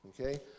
Okay